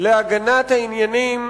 להגנת העניינים